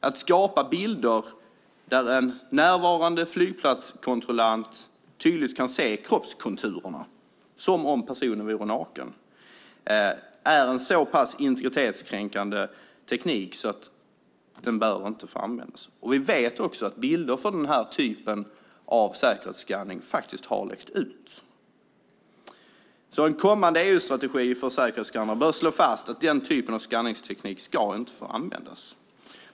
Att skapa bilder där en närvarande flygplatskontrollant tydligt kan se kroppskonturerna som om personen vore naken är en så pass integritetskränkande teknik att den inte bör användas. Vi vet att bilder från den här typen av säkerhetsskanning har läckt ut. En kommande EU-strategi för säkerhetsskanning bör slå fast att den typen av skanningsteknik inte ska få användas.